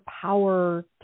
power